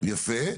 יפה.